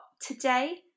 Today